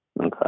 Okay